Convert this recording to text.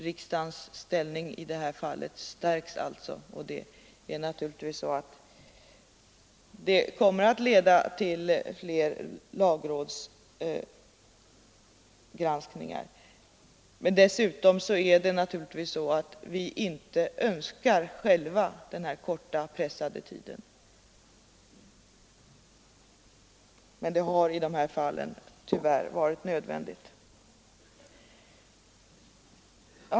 Riksdagens ställning i det här fallet stärks alltså, och det kommer naturligtvis att leda till fler lagrådsgranskningar. Dessutom är det naturligtvis så att vi inom regeringen inte själva önskar den här korta, pressade tiden, men det har i det här fallet tyvärr varit nödvändigt.